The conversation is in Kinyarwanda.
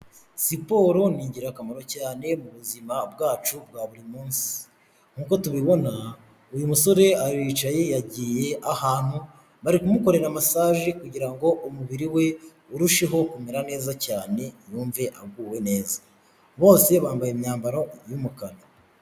Siporo ni ingirakamaro cyane mubuzima bwacu bwa buri munsi. nk'uko tubibona uyu musore aricaye yagiye ahantu bari kumukorera masaje kugira ngo umubiri we urusheho kumera neza cyane yumve aguwe neza. Bose bambaye imyambaro yumukara.